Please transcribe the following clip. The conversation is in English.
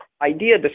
idea